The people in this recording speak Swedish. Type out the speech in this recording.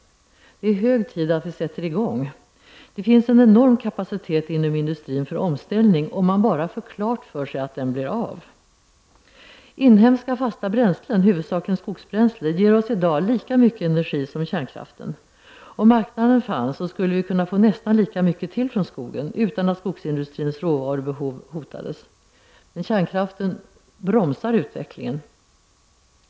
Det är hög tid att vi sätter i gång! Det finns en enorm kapacitet inom industrin för omställning, om man bara får klart för sig att den blir av. Inhemska fasta bränslen, huvudsakligen skogsbränsle, ger oss i dag lika mycket energi som kärnkraften. Om marknaden fanns skulle vi kunna få nästan lika mycket till från skogen, utan att skogsindustrins råvarubehov hotades. Kärnkraften bromsar emellertid utvecklingen.